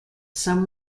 some